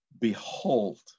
behold